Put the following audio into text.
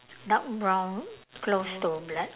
dark brown close to black